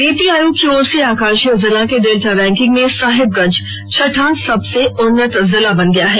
नीति आयोग की ओर से आकांक्षी जिला के डेल्टा रैंकिंग में साहिबगंज छठा सबसे उन्नत जिला बन गया है